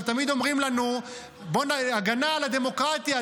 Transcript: תמיד אומרים לנו: בואנ'ה, הגנה על הדמוקרטיה.